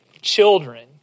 children